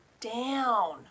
down